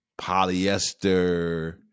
polyester